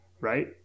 right